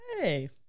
Hey